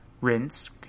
rinse